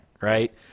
right